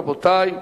רבותי,